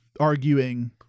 arguing